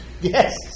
Yes